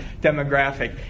demographic